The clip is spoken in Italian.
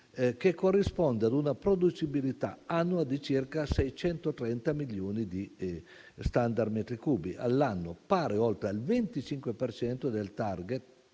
che corrisponde a una producibilità annua di circa 630 milioni di *standard* metri cubi, pari oltre al 25 per